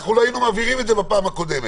לא היינו מעבירים את זה בפעם הקודמת.